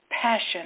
passion